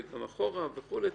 גם אחורה וכולי.